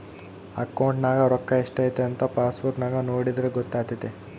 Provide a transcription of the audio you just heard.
ಅಕೌಂಟ್ನಗ ರೋಕ್ಕಾ ಸ್ಟ್ರೈಥಂಥ ಪಾಸ್ಬುಕ್ ನಾಗ ನೋಡಿದ್ರೆ ಗೊತ್ತಾತೆತೆ